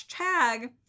hashtag